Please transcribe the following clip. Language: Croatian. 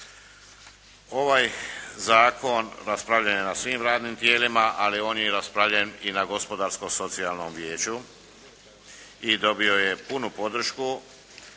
Ovaj zakon raspravljen je na svim radnim tijelima, ali on je i raspravljen i na gospodarsko-socijalnom vijeću i dobio je punu podršku.